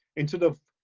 instead of,